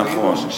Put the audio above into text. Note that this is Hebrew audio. נכון.